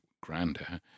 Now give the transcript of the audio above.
grander